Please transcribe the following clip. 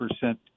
percent